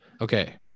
Okay